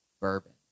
bourbon